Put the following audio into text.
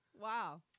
Wow